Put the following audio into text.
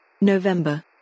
November